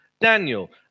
Daniel